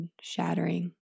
shattering